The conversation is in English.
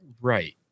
Right